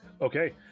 Okay